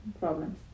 problems